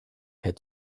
had